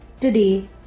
Today